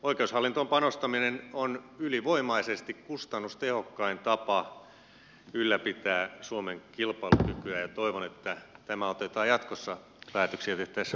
oikeushallintoon panostaminen on ylivoimaisesti kustannustehokkain tapa ylläpitää suomen kilpailukykyä ja toivon että tämä otetaan jatkossa päätöksiä tehtäessä huomioon